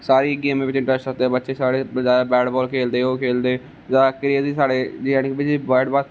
सारी गेमें बिच इंटरेस्ट रखदे बच्चे साढे ज्यादा बेटबाल खेलदे ज्यादा क्रेज ऐ साढ़े बेटबाल खेलने दा